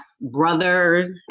brothers